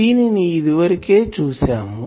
దీనిని ఇదివరకే చూసాము